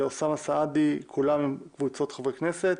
אוסאמה סעדי כולם קבוצות חברי כנסת.